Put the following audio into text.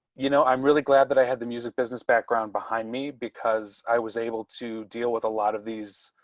you know, i'm really glad that i had the music business background behind me because i was able to deal with a lot of these